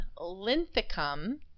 Linthicum